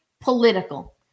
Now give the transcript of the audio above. political